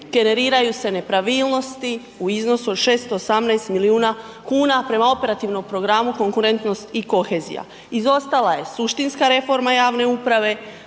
generiraju se nepravilnosti u iznosu od 618 milijuna kuna prema Operativnom programu konkurentnost i kohezija. Izostala je suštinska reforma javne uprave,